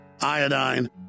iodine